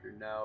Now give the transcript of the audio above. now